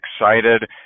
excited